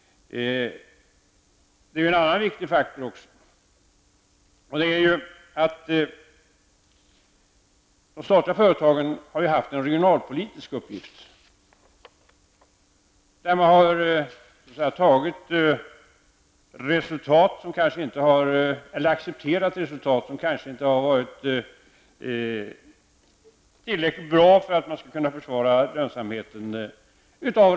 En annan faktor är att de statliga företagen haft en regionalpolitisk uppgift. Man har därför accepterat att resultaten inte alltid varit tillräckligt bra ur strikt lönsamhetssynpunkt.